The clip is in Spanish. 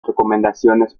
recomendaciones